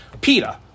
PETA